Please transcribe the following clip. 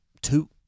two